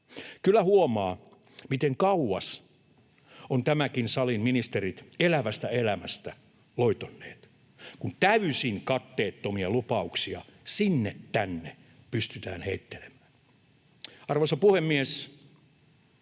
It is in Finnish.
Kyllä huomaa, miten kauas ovat tämänkin salin ministerit elävästä elämästä loitonneet, kun täysin katteettomia lupauksia sinne tänne pystytään heittelemään. Arvoisa puhemies!